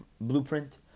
blueprint